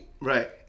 Right